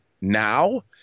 now